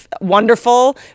wonderful